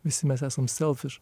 visi mes esam selfish